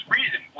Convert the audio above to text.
reason